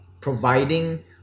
providing